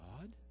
God